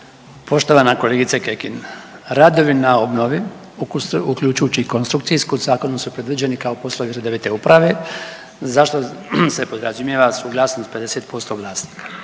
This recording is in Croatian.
Poštovana kolegice Kekin radovi na obnovi uključujući i konstrukcijsku zakonom su predviđeni kao poslovi …/Govornik se ne razumije./… uprave. Zašto se podrazumijeva suglasnost 50% vlasnika.